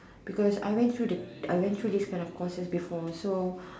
because I went through the I went through these kind of courses before so